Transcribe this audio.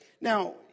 Now